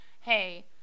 hey